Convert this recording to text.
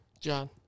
John